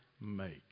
make